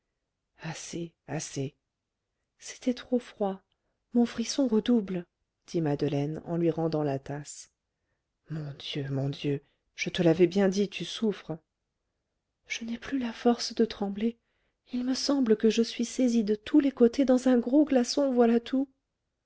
assez assez c'était trop froid mon frisson redouble dit madeleine en lui rendant la tasse mon dieu mon dieu je te l'avais bien dit tu souffres je n'ai plus la force de trembler il me semble que je suis saisie de tous les côtés dans un gros glaçon voilà tout